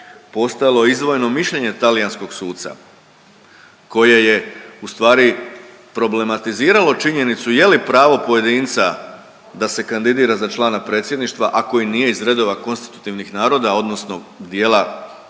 postojalo izdvojeno mišljenje talijanskog suca koje je u stvari problematiziralo činjenicu je li pravo pojedinca da se kandidira za člana Predsjedništva, a koji nije iz redova konstitutivnih naroda, odnosno dijela u krivom